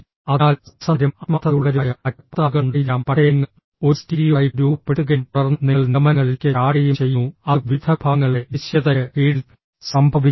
അതിനാൽ സത്യസന്ധരും ആത്മാർത്ഥതയുള്ളവരുമായ മറ്റ് പത്ത് ആളുകൾ ഉണ്ടായിരിക്കാം പക്ഷേ നിങ്ങൾ ഒരു സ്റ്റീരിയോടൈപ്പ് രൂപപ്പെടുത്തുകയും തുടർന്ന് നിങ്ങൾ നിഗമനങ്ങളിലേക്ക് ചാടുകയും ചെയ്യുന്നു അത് വിവിധ വിഭാഗങ്ങളുടെ ദേശീയതയ്ക്ക് കീഴിൽ സംഭവിക്കുന്നു